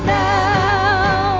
now